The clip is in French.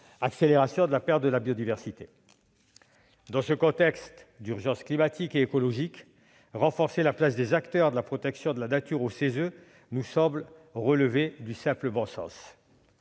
accélération de la perte de biodiversité, etc. Dans ce contexte d'urgence climatique et écologique, renforcer la place des acteurs de la protection de la nature au CESE nous semble relever du simple bon sens.